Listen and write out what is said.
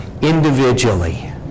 individually